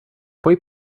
poi